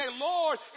Lord